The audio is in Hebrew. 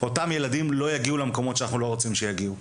אותם ילדים לא יגיעו למקומות שאנחנו לא רוצים שיגיעו.